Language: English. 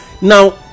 Now